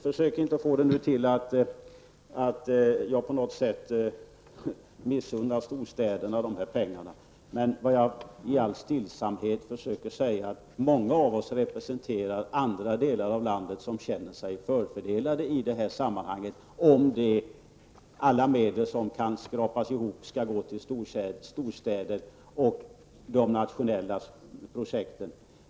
Försök inte, Görel Bohlin, att få det att framstå som om jag på något sätt missunnar storstäderna de här pengarna! Vad jag i all stillsamhet försöker säga är att många av oss representerar andra delar av landet, som i detta sammanhang känner sig förfördelade om det är så att alla medel som kan skrapas ihop skall gå till storstäderna och till de nationella projekten.